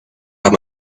have